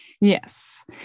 yes